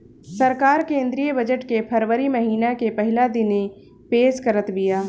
सरकार केंद्रीय बजट के फरवरी महिना के पहिला दिने पेश करत बिया